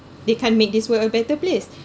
they can't make this world a better place